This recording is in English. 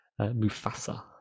Mufasa